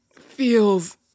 feels